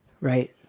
Right